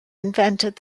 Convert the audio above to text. invented